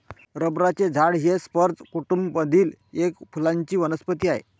रबराचे झाड हे स्पर्ज कुटूंब मधील एक फुलांची वनस्पती आहे